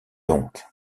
donc